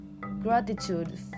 gratitude